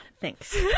thanks